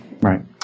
Right